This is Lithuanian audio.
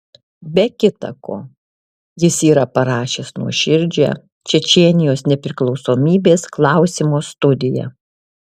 be kita ko jis yra parašęs nuoširdžią čečėnijos nepriklausomybės klausimo studiją